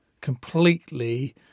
completely